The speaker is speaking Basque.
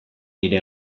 hire